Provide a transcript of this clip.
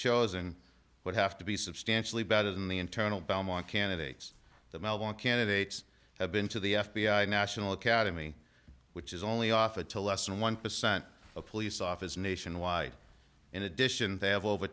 chosen would have to be substantially better than the internal belmont candidates the melbourne candidates have been to the f b i national academy which is only offered to less than one percent of police office nationwide in addition they have over